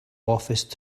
office